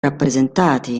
rappresentati